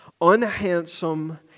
unhandsome